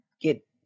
get